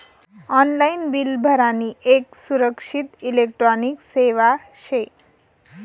online bill भरानी येक सुरक्षित इलेक्ट्रॉनिक सेवा शे